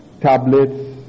tablets